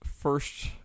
first